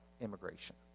immigration